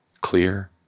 Clear